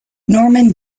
norman